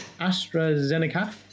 AstraZeneca